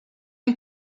une